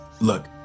Look